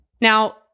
Now